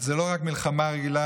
זו לא רק מלחמה רגילה,